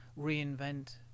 reinvent